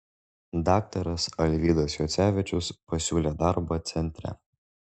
daktaras alvydas juocevičius pasiūlė darbą centre